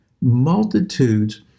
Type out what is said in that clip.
multitudes